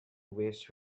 waste